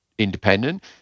independent